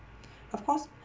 of course